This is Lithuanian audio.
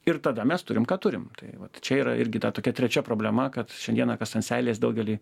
ir tada mes turim ką turim tai vat čia yra irgi ta tokia trečia problema kad šiandieną kas ant seilės daugeliui